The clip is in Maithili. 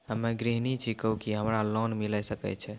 हम्मे गृहिणी छिकौं, की हमरा लोन मिले सकय छै?